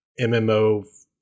MMO